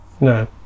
No